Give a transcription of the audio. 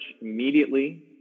immediately